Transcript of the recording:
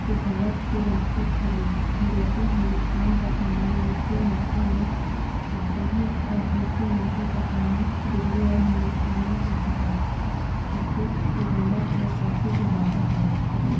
تجارت کے راستے کھولے جیسے ہندوستان کا سامان دوسرے ملکوں میں جاتا ہے اور دوسرے ملکوں کا سامان دلی اور ہندوستان میں آتا ہے اس سے تجارت میں کافی اضافہ ہوا